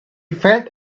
felt